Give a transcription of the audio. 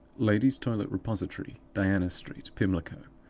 ladies' toilet repository, diana street, pimlico,